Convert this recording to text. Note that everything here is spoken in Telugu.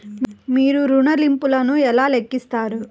మీరు ఋణ ల్లింపులను ఎలా లెక్కిస్తారు?